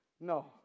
No